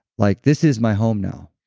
like this is my home now.